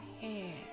hair